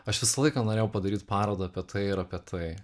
aš visą laiką norėjau padaryt parodą apie tai ir apie tai